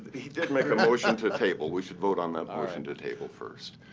he did make a motion to table. we should vote on that motion to table first.